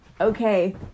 okay